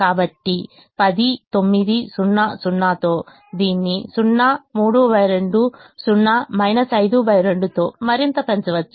కాబట్టి 10 9 0 0 తో దీన్ని 0 3 20 52 తో మరింత పెంచవచ్చు